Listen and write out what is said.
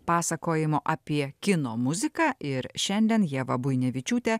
pasakojimo apie kino muziką ir šiandien ieva buinevičiūtė